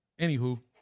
Anywho